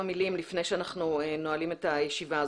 מילים לפני שאנחנו נועלים את הישיבה.